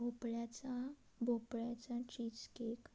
भोपळ्याचा भोपळ्याचा cheese cake